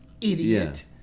idiot